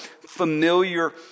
familiar